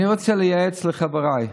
אני רוצה לייעץ לחבריי: